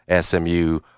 SMU